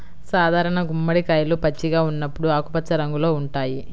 సాధారణ గుమ్మడికాయలు పచ్చిగా ఉన్నప్పుడు ఆకుపచ్చ రంగులో ఉంటాయి